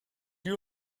you